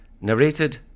narrated